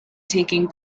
taking